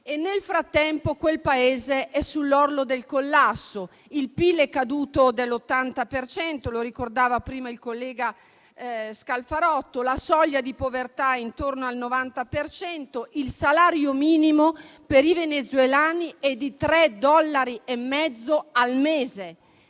Nel frattempo quel Paese è sull'orlo del collasso. Il PIL è caduto dell'80 per cento, come ricordava prima il collega Scalfarotto. La soglia di povertà è intorno al 90 per cento; il salario minimo per i venezuelani è di tre dollari e mezzo al mese.